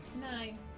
Nine